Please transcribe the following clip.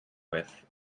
with